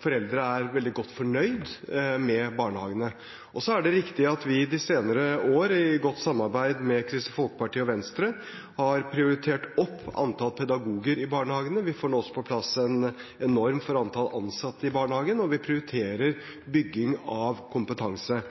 foreldre er veldig godt fornøyd med barnehagene. Så er det riktig at vi i de senere år, i godt samarbeid med Kristelig Folkeparti og Venstre, har prioritert opp antall pedagoger i barnehagene. Vi får nå også på plass en norm for antall ansatte i barnehagen, og vi prioriterer bygging av kompetanse.